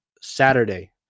Saturday